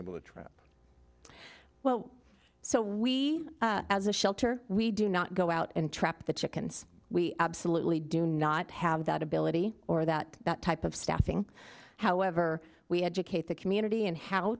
have you been able to trap well so we as a shelter we do not go out and trap the chickens we absolutely do not have that ability or that that type of staffing however we educate the community in how